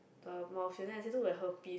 the mouth here then I say look like herpes